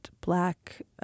black